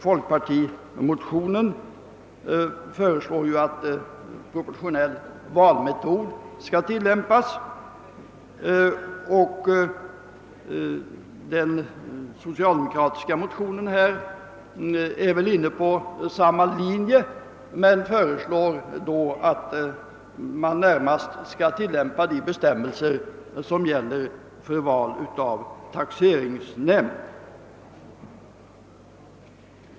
Folkpartimotionen föreslår att proportionell valmetod skall tillämpas, och den socialdemokratiska motionen är inne på samma linje men föreslår att man närmast skall tillämpa de bestämmelser som gäller för val av taxeringsnämnd.